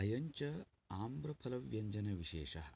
अयञ्च आम्रफलव्यञ्जनविशेषः